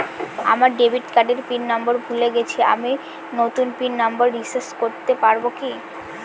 আমার ডেবিট কার্ডের PIN number ভুলে গেছি আমি নূতন পিন নম্বর রিসেট করতে পারবো কি?